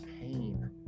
pain